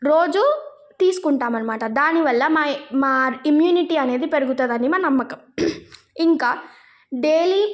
రోజు తీసుకుంటాం అన్నమాట దానివల్ల మా మా ఇమ్యూనిటీ అనేది పెరుగుతుంది అని మా నమ్మకం ఇంకా డైలీ